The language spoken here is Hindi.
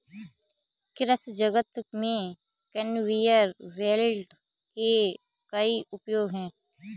कृषि जगत में कन्वेयर बेल्ट के कई उपयोग हैं